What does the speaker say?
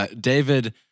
David